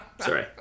sorry